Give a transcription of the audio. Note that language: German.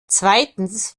zweitens